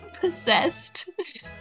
possessed